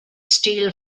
steal